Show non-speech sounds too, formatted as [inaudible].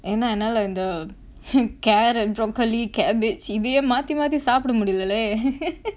ஏனா என்னால இந்த:yaenaa ennaala intha [breath] carrot broccoli cabbage இதயே மாத்தி மாத்தி சாப்பட முடியல:ithayae maathi maathi saapada mudila leh [laughs]